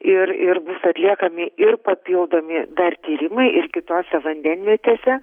ir ir bus atliekami ir papildomi dar tyrimai ir kitose vandenvietėse